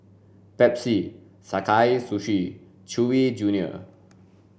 Pepsi Sakae Sushi and Chewy junior